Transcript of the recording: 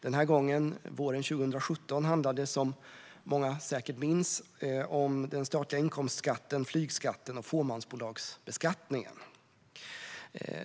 Den här gången våren 2017 handlade den, som många säkert minns, om den statliga inkomstskatten, flygskatten och fåmansbolagsbeskattningen.